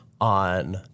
on